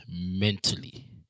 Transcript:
mentally